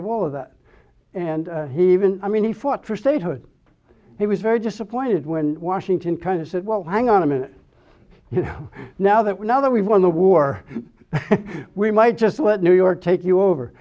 of all of that and he even i mean he fought for statehood he was very disappointed when washington kind of said well hang on a minute you know now that we know that we won the war we might just what new york take you over